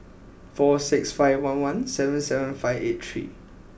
four six five one one seven seven five eight three